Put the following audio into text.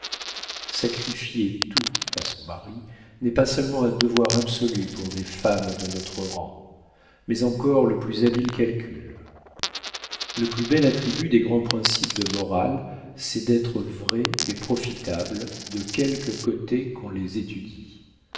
sacrifier tout à son mari n'est pas seulement un devoir absolu pour des femmes de notre rang mais encore le plus habile calcul le plus bel attribut des grands principes de morale c'est d'être vrais et profitables de quelque côté qu'on les étudie